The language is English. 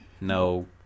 no